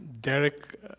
Derek